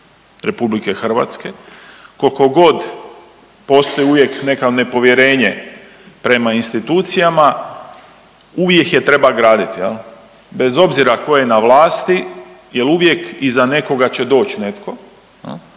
RH koliko god postoji uvijek neka nepovjerenje prema institucijama, uvijek je treba graditi jel, bez obzira tko je na vlasti jer uvijek iza nekoga će doći netko